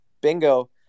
Bingo